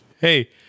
Hey